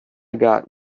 got